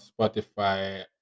spotify